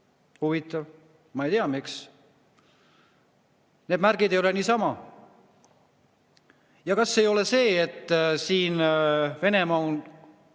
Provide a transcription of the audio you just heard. Huvitav! Ma ei tea, miks. Need märgid ei ole niisama. Ja kas ei ole see, et Venemaa on